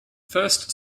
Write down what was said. first